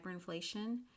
hyperinflation